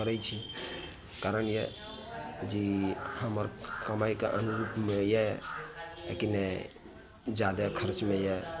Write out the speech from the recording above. करै छी कारण यऽ जे हमर कमाइके अनुरूपमेमे यऽ आकि नहि जादा खर्चमे यऽ